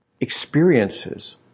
experiences